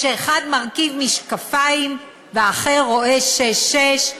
שאחד מרכיב משקפיים והאחר רואה שש-שש,